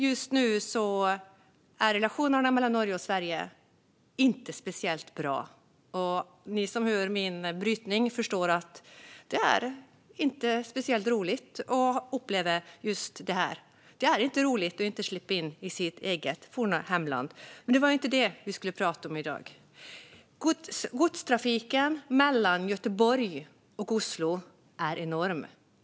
Just nu är relationerna mellan Norge och Sverige inte speciellt bra. Ni som hör min brytning förstår att det inte är speciellt roligt att uppleva detta. Det är inte roligt att inte släppas in i sitt eget, forna hemland. Men det var inte det vi skulle prata om i dag. Godstrafiken mellan Göteborg och Oslo är enorm.